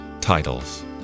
titles